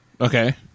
Okay